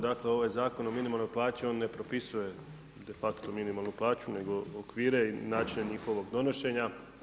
Dakle, ovaj Zakon o minimalnoj plaći on ne propisuje de facto minimalnu plaću, nego okvire i načine njihovog donošenja.